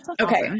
Okay